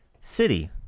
City